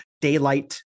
daylight